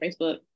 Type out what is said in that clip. facebook